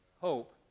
Hope